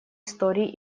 истории